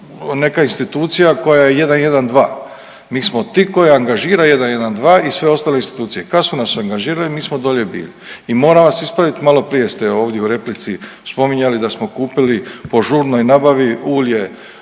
neka institucija koja je 112. Mi smo ti koji angažira 112 i sve ostale institucije, kad su nas angažirali mi smo dolje bili. I moram vas ispravit maloprije ste ovdje u replici spominjali da smo kupili po žurnoj nabavi ulje